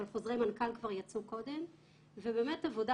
אבל חוזרי מנכ"ל כבר יצאו קודם ובאמת עבודה